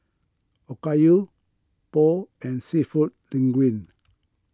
Okayu Pho and Seafood Linguine